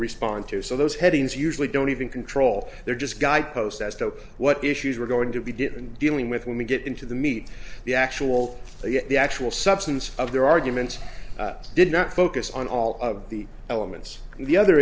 respond to so those headings usually don't even control their just guy posts as to what issues we're going to be getting dealing with when we get into the meat the actual the actual substance of their argument did not focus on all of the elements the other